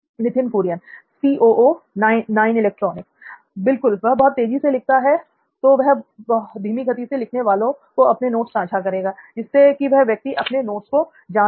नित्थिन कुरियन बिल्कुल यदि वह तेजी से लिखता है तो वह धीमी गति से लिखने वाले को अपने नोट्स सांझा करेगा जिससे कि वह व्यक्ति अपने नोट्स को जांच सके